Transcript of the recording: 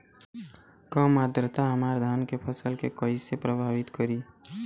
कम आद्रता हमार धान के फसल के कइसे प्रभावित करी?